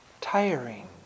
tiring